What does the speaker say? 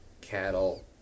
cattle